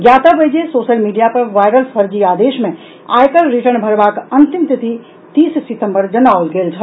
ज्ञातव्य अछि जे सोशल मीडिया पर वायरल फर्जी आदेश मे आयकर रिटर्न भरबाक अंतिम तिथि तीस सितम्बर जनाओल गेल छल